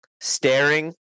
staring